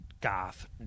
goth